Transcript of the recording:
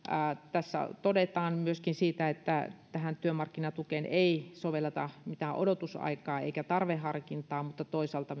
tässä todetaan myöskin siitä että tähän työmarkkinatukeen ei sovelleta mitään odotusaikaa eikä tarveharkintaa mutta toisaalta